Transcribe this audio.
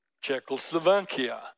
Czechoslovakia